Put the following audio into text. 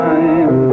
Time